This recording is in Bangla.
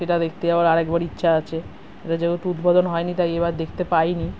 সেটা দেখতে যাওয়ার আরেকবার ইচ্ছা আছে এটা যেহতু উদ্বোধন হয়নি তাই এবার দেখতে পাইনি